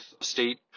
state